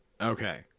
Okay